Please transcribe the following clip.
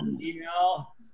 Email